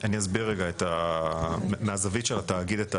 אני אסביר רגע מהזווית של התאגיד את האירוע.